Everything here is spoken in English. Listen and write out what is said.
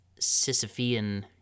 sisyphean